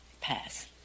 pass